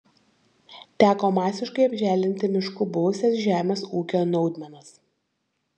teko masiškai apželdinti mišku buvusias žemės ūkio naudmenas